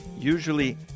usually